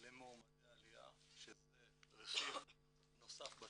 למועמדי עליה, שזה רכיב נוסף בתהליך,